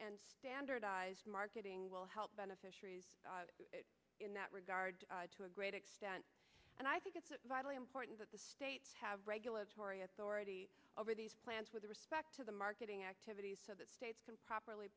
and standardized marketing will help beneficiaries in that regard to a great extent and i think it's vitally important that the states have regulatory authority over these plans with respect to the marketing activities so that states can properly